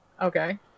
Okay